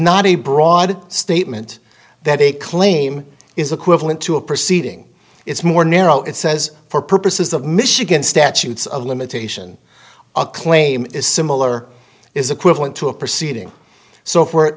not a broad statement that a claim is equivalent to a proceeding it's more narrow it says for purposes of michigan statutes of limitation a claim is similar is equivalent to a proceeding so if we're